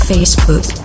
Facebook